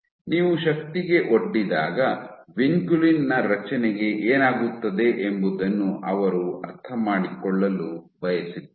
ನೀವು ಶಕ್ತಿಗೆ ಒಡ್ಡಿದಾಗ ವಿನ್ಕುಲಿನ್ ನ ರಚನೆಗೆ ಏನಾಗುತ್ತದೆ ಎಂಬುದನ್ನು ಅವರು ಅರ್ಥಮಾಡಿಕೊಳ್ಳಲು ಬಯಸಿದ್ದರು